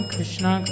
Krishna